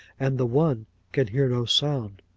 and the one can hear no sound.